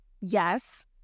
Yes